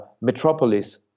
Metropolis